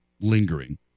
lingering